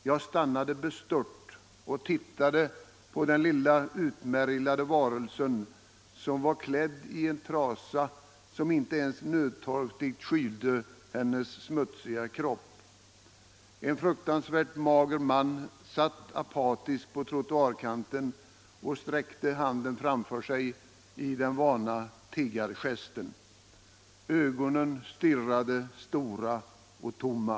Jag stannade bestört och tittade på den lilla utmärglade varelsen, som var klädd i en trasa som inte ens nödtorftigt skylde hennes smutsiga kropp. En fruktansvärt mager man satt apatisk på trottoarkanten och sträckte handen framför sig i den vana tiggargesten. Ögonen stirrade stora och tomma.